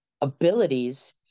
abilities